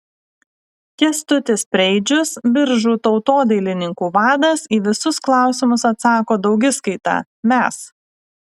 kęstutis preidžius biržų tautodailininkų vadas į visus klausimus atsako daugiskaita mes